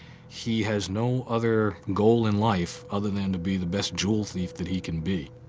he has no other goal in life other than to be the best jewel thief that he can be.